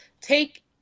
take